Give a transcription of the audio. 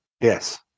Yes